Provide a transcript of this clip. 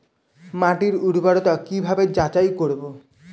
মাটির উর্বরতা কি ভাবে যাচাই করব?